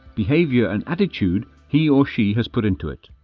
behavior and attitude he or she has put into it.